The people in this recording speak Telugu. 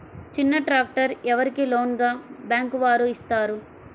చిన్న ట్రాక్టర్ ఎవరికి లోన్గా బ్యాంక్ వారు ఇస్తారు?